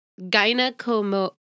gynecomastia